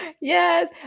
Yes